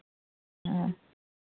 ᱦᱮᱸ